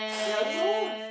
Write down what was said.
ya Jude